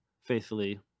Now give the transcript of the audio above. faithfully